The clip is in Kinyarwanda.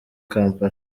kampala